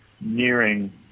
nearing